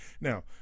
Now